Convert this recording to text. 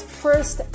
first